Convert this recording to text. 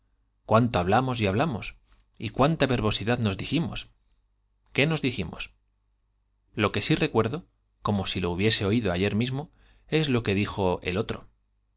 cuánto habla mos y hablamos y con cuánta verbosidad nos mos diji qué nos dijimos lo que sí recuerdo como si lo hubiese oído ayer mismo es lo que dijo el otro